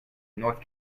north